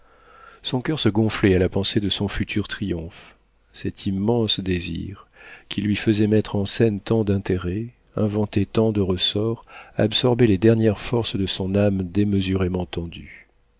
son coeur se gonflait à la pensée de son futur triomphe cet immense désir qui lui faisait mettre en scène tant d'intérêts inventer tant de ressorts absorbait les dernières forces de son âme démesurément tendue